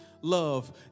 love